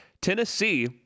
Tennessee